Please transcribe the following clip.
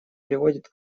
приводит